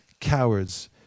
Cowards